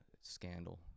scandal